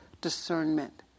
discernment